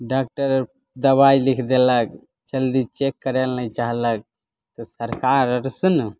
doctor आर दबाइ लिख देलक जल्दी चेक करै लऽ नहि चाहलक तऽ सरकार आर से ने